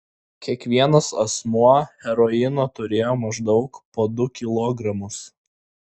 kiekvienas asmuo heroino turėjo maždaug po du kilogramus